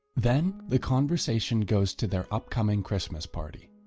then the conversation goes to their upcoming christmas party.